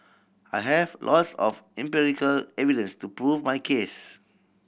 I have lots of empirical evidence to prove my case